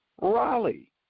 Raleigh